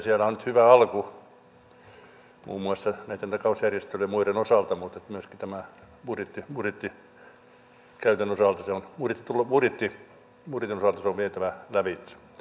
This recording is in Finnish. siellä on hyvä alku muun muassa näitten takausjärjestelyjen ja muiden osalta mutta myöskin budjetin osalta se on vietävä lävitse